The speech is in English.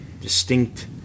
distinct